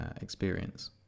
experience